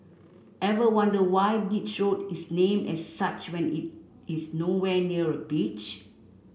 ever wonder why Beach Road is named as such when it is nowhere near a beach